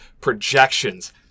projections